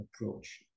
approach